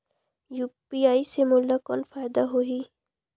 UPI से मोला कौन फायदा होही?